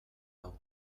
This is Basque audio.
hau